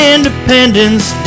Independence